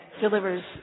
delivers